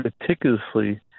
meticulously